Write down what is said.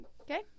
okay